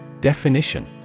Definition